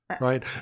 right